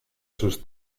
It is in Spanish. sus